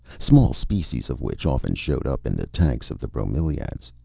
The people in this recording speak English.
small species of which often showed up in the tanks of the bromelaids.